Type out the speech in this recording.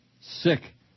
Sick